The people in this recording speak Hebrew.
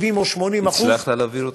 70% או 80% הצלחת להעביר אותם?